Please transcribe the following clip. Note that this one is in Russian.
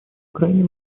крайне